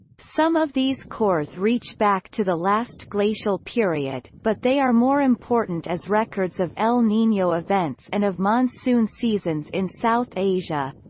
some of these cores reach back to the last glacial period, but they are more important as records of el nino events and of monsoon seasons in south asia.